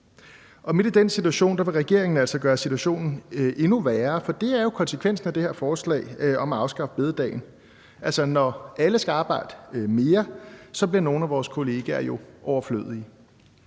Og midt i den situation vil regeringen altså gøre situationen endnu værre, for det er jo konsekvensen af det her forslag om at afskaffe store bededag. Altså, når alle skal arbejde mere, bliver nogle af vores kollegaer jo overflødige.